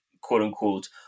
quote-unquote